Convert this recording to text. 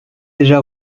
déjà